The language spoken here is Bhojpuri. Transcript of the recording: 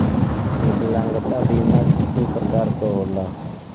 विकलागंता बीमा दू प्रकार क होला